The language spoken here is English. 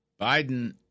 Biden